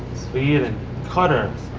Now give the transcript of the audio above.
speed hunters.